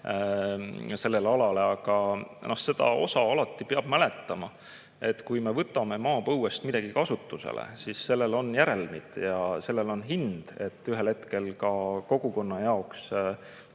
peale kasvanud. Aga seda osa peab alati mäletama. Kui me võtame maapõuest midagi kasutusele, siis sellel on järelmid ja sellel on hind ning ühel hetkel tuleb kogukonna jaoks